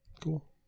Cool